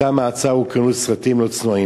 בתא המעצר הוקרנו סרטים לא צנועים.